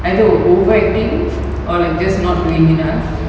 either overacting or like just not doing enough